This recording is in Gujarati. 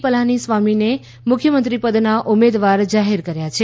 પલાની સ્વામીને મુખ્યમંત્રી પદના ઉમેદવાર જાહેર કર્યા છે